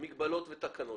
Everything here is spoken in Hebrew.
מגבלות ותקנות.